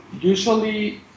Usually